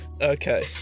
Okay